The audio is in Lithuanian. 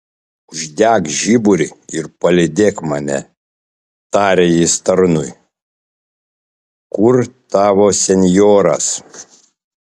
uždek žiburį ir palydėk mane tarė jis tarnui kur tavo senjoras